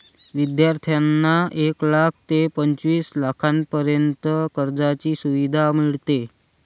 विद्यार्थ्यांना एक लाख ते पंचवीस लाखांपर्यंत कर्जाची सुविधा मिळते